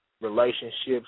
relationships